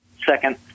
Second